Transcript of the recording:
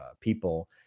people